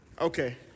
okay